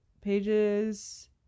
pages